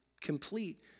complete